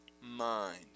mind